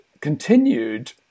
continued